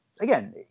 again